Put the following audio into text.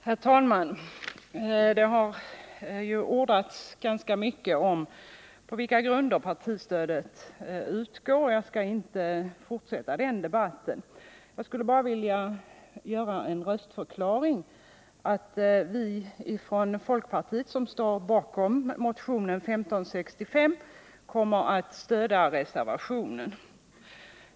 Herr talman! Det har ju ordats ganska mycket om på vilka grunder partistödet utgår, och jag skall inte fortsätta den debatten. Jag skulle bara vilja göra en röstförklaring, innebärande att vi från folkpartiet som står bakom motionen 1565 kommer att stödja reservationen.